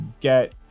get